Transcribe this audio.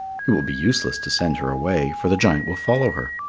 it will be useless to send her away, for the giant will follow her.